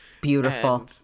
beautiful